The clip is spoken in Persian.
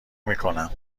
میکنم